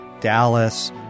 Dallas